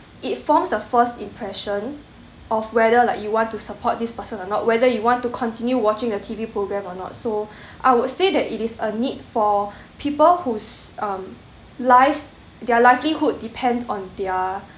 it forms a false impression of whether like you want to support this person or not whether you want to continue watching the t v programme or not so I would say that it is a need for people whose lives their livelihood depends on their